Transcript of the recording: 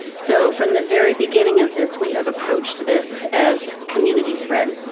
so from the very beginning of this, we have approached this as community spread.